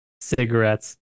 cigarettes